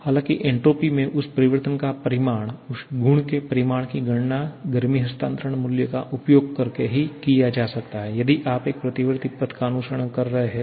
हालांकि एन्ट्रापी में उस परिवर्तन का परिमाण उस गुण के परिमाण की गणना गर्मी हस्तांतरण मूल्य का उपयोग करके ही की जा सकती है यदि आप एक प्रतिवर्ती पथ का अनुसरण कर रहे हैं तो